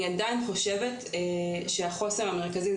אני עדיין חושבת שהחוסר המרכזי,